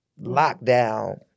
lockdown